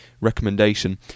recommendation